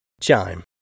Chime